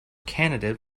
candidate